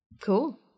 Cool